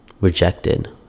rejected